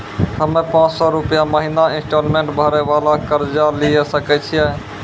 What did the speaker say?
हम्मय पांच सौ रुपिया महीना इंस्टॉलमेंट भरे वाला कर्जा लिये सकय छियै?